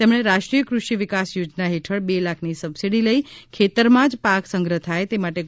તેમણે રાષ્ટ્રીય ક઼ષિ વિકાસ યોજના હેઠળ બે લાખની સબસિડી લઈ ખેતરમાં જ પાક સંગ્રહ થાય તે માટે ગોડાઉન બનાવ્યું